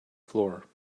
floor